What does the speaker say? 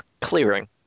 clearing